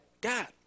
God